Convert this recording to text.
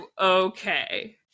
okay